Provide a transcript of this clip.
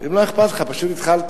אם לא אכפת לך, פשוט התחלתי.